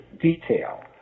detail